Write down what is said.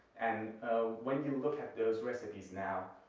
and when you look at those recipes now,